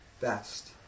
best